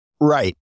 Right